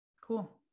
Cool